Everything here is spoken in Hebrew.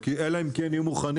אלא אם כן יהיו מוכנים,